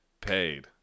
paid